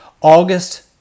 August